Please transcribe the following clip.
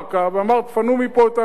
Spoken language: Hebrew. ואמר: תפנו מפה את האנשים,